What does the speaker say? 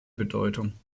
bedeutung